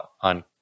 on